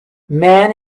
man